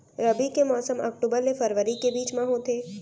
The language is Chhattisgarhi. रबी के मौसम अक्टूबर ले फरवरी के बीच मा होथे